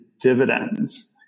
dividends